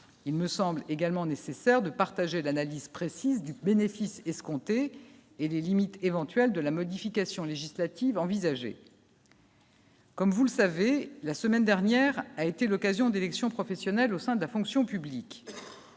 il me semble également nécessaire de partager l'analyse précise du bénéfice escompté et les limites éventuelles de la modification législative envisagée. Comme vous le savez la semaine dernière a été l'occasion d'élections professionnelles au sein de la fonction publique,